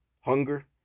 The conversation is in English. hunger